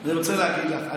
אני רוצה להגיד לך,